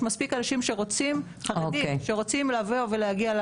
ויש מספיק חרדים שרוצים לבוא ולהגיע,